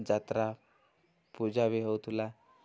ଯାତ୍ରା ପୂଜା ବି ହଉଥିଲା